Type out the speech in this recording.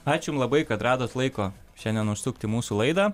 ačiū labai kad radote laiko šiandien užsukti į mūsų laidą